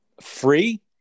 free